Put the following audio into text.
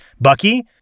Bucky